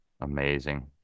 amazing